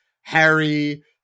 harry